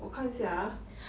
我看一下啊